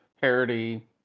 parody